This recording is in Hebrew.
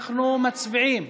אנחנו מצביעים.